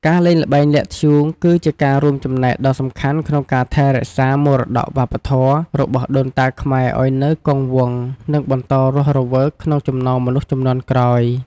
ការលេងល្បែងលាក់ធ្យូង គឺជាការរួមចំណែកដ៏សំខាន់ក្នុងការ ថែរក្សាមរតកវប្បធម៌ របស់ដូនតាខ្មែរឲ្យនៅគង់វង្ស និងបន្តរស់រវើកក្នុងចំណោមមនុស្សជំនាន់ក្រោយ។